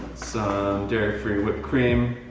some dirt free whipped cream.